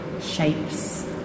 shapes